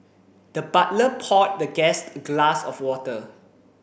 the butler poured the guest a glass of water